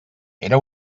era